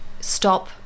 stop